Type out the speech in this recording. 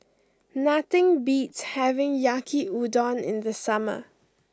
nothing beats having Yaki Udon in the summer